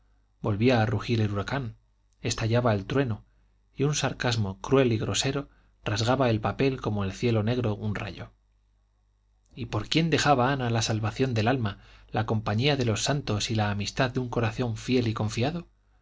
volvía a rugir el huracán estallaba el trueno y un sarcasmo cruel y grosero rasgaba el papel como el cielo negro un rayo y por quién dejaba ana la salvación del alma la compañía de los santos y la amistad de un corazón fiel y confiado